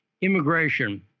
immigration